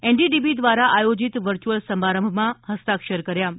NDDB દ્વારા આયોજિત virtual સમારંભમાં હસ્તાક્ષર કર્યા હતા